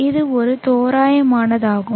இது ஒரு தோராயமானதாகும்